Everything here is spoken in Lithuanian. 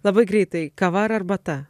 labai greitai kava ar arbata